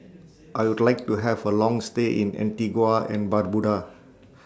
I Would like to Have A Long stay in Antigua and Barbuda